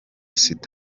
sida